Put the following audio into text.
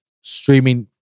streaming